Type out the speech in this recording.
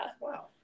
Wow